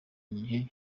igihe